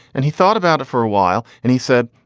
and he thought about it for a while. and he said,